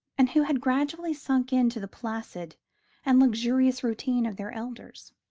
and who had gradually sunk into the placid and luxurious routine of their elders.